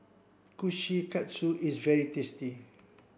Kushikatsu is very tasty